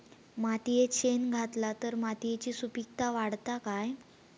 मातयेत शेण घातला तर मातयेची सुपीकता वाढते काय?